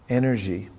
energy